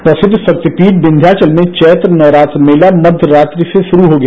प्रसिद्ध शैक्रिपीठ किंद्याचल में चैत्र नवरात्र मेला मध्य रात्रि से शुरू हो गया